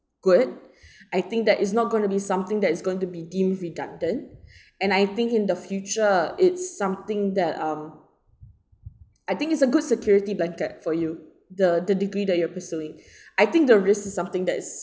good I think that is not going to be something that is going to be deemed redundant and I think in the future it's something that um I think it's a good security blanket for you the the degree that you are pursuing I think the risk is something that's